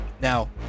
Now